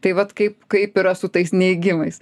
tai vat kaip kaip yra su tais neigimais